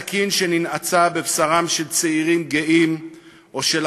הסכין שננעצה בבשרם של צעירים גאים ושל